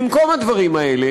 במקום הדברים האלה